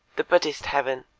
the buddhist heaven